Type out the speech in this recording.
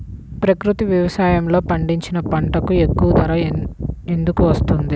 ప్రకృతి వ్యవసాయములో పండించిన పంటలకు ఎక్కువ ధర ఎందుకు వస్తుంది?